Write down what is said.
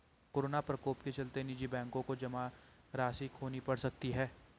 corona प्रकोप के चलते निजी बैंकों को जमा राशि खोनी पढ़ सकती है